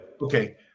Okay